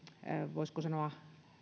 voisiko sanoa